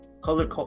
color